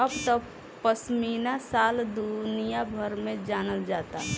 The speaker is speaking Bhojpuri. अब त पश्मीना शाल दुनिया भर में जानल जाता